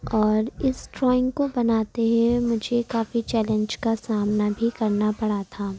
اور اس ڈرائنگ کو بناتے ہوئے مجھے کافی چیلنج کا سامنا بھی کرنا پڑا تھا